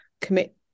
commit